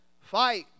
fight